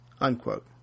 Unquote